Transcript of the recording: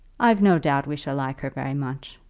i've no doubt we shall like her very much.